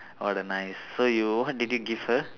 all the nice so you what did you give her